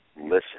listen